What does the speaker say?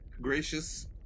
Gracious